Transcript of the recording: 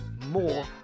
more